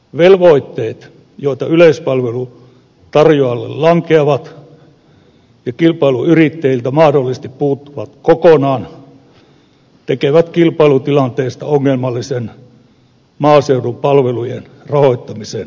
velvoitteet jotka yleispalvelun tarjoajalle lankeavat ja kilpailuyrittäjiltä mahdollisesti puuttuvat kokonaan tekevät kilpailutilanteesta ongelmallisen maaseudun palvelujen rahoittamisen kannalta